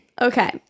Okay